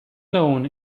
known